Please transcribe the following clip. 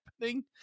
happening